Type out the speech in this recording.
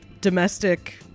domestic